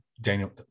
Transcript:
Daniel